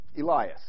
Elias